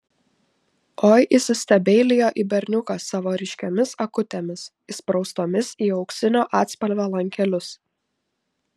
oi įsistebeilijo į berniuką savo ryškiomis akutėmis įspraustomis į auksinio atspalvio lankelius